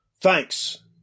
Thanks